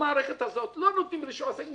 במערכת הזאת לא נותנים רישוי עסקים.